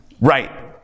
Right